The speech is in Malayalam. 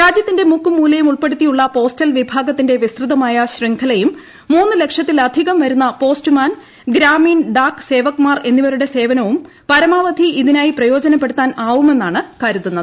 രാജ്യത്തിന്റെ മുക്കും മൂലയും ഉൾപ്പെടുത്തിയുള്ള പോസ്റ്റൽ വിഭാഗത്തിന്റെ വിസ്തൃതമായ ശൃംഖലയും മൂന്ന് ലക്ഷത്തിലധികം വരുന്ന പോസ്റ്റ്മാൻ ഗ്രാമീൺ ഡാക് സേവക്മാർ എന്നിവരുടെ സേവനവും പരമാവധി ഇതിനായി പ്രയോജനപ്പെടുത്താൻ ആവുമെന്നാണ് കരുതുന്നത്